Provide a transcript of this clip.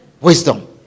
Wisdom